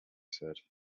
said